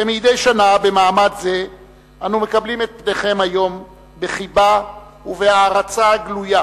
כמדי שנה במעמד זה אנו מקבלים את פניכם היום בחיבה ובהערצה גלויה,